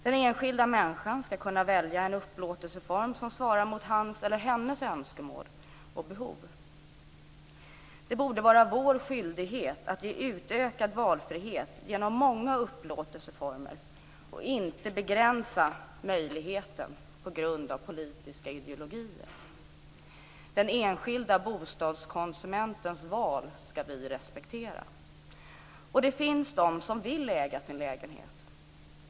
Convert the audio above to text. Den enskilda människan skall kunna välja en upplåtelseform som svarar mot hans eller hennes önskemål och behov. Det borde vara vår skyldighet att ge utökad valfrihet genom många upplåtelseformer och inte begränsa möjligheterna på grund av politiska ideologier. Vi skall respektera den enskilda bostadskonsumentens val. Det finns de som vill äga sin lägenhet.